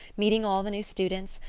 meeting all the new students,